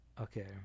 okay